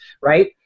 right